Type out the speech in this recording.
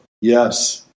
Yes